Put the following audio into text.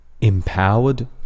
Empowered